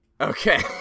Okay